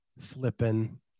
flipping